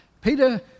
Peter